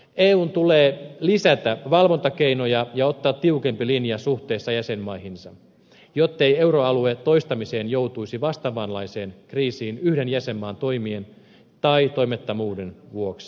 eun tulee lisätä valvontakeinoja ja ottaa tiukempi linja suhteessa jäsenmaihinsa jottei euroalue toistamiseen joutuisi vastaavanlaiseen kriisiin yhden jäsenmaan toimien tai toimettomuuden vuoksi